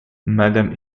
mme